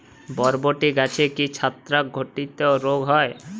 বরবটি গাছে কি ছত্রাক ঘটিত রোগ হয়?